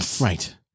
Right